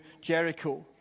Jericho